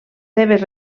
seves